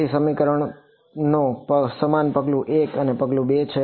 તેથી સમીકરણો સમાન પગલું 1 પગલું 2 છે